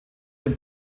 den